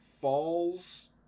falls